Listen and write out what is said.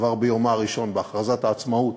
כבר ביומה הראשון, בהכרזת העצמאות,